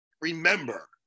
remember